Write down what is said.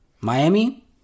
Miami